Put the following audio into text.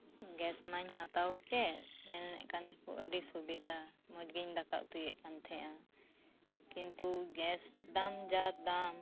ᱜᱮᱥᱢᱟᱧ ᱦᱟᱛᱟᱣᱠᱮᱫ ᱢᱮᱱᱮᱫ ᱠᱟᱱ ᱛᱟᱦᱮᱱᱟᱠᱚ ᱟᱹᱰᱤ ᱥᱩᱵᱤᱫᱷᱟ ᱢᱚᱸᱡᱽᱜᱤᱧ ᱫᱟᱠᱟ ᱩᱛᱩᱭᱮᱫ ᱠᱟᱱ ᱛᱟᱦᱮᱸᱫᱼᱟ ᱠᱤᱱᱛᱩ ᱜᱮᱥ ᱫᱟᱢ ᱡᱟ ᱫᱟᱢ